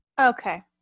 Okay